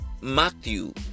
Matthew